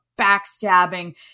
backstabbing